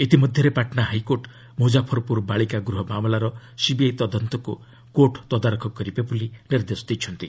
ଇତିମଧ୍ୟରେ ପାଟନା ହାଇକୋର୍ଟ ମୁଜାଫରପୁର ବାଳିକା ଗୃହ ମାମଲାର ସିବିଆଇ ତଦନ୍ତକୁ କୋର୍ଟ ତଦାରଖ କରିବେ ବୋଲି ନିର୍ଦ୍ଦେଶ ଦେଇଛନ୍ତି